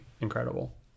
incredible